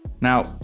Now